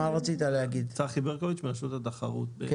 רשות התחרות,